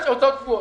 הוצאות קבועות.